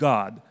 God